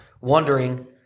wondering